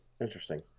Interesting